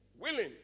Willing